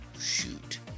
Shoot